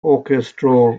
orchestral